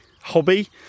hobby